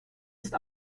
ist